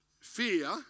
Fear